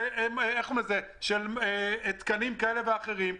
של תקנים כאלה ואחרים,